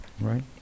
right